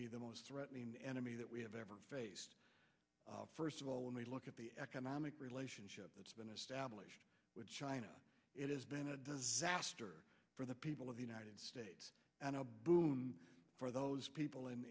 be the most threatening enemy that we have ever faced first of all when we look at the economic relationship that's been established with china it has been a disaster for the people of the united states and a boon for those